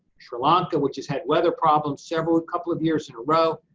sri lanka which has had weather problems several, couple of years in a row,